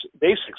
basics